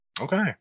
okay